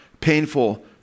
painful